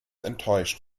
enttäuscht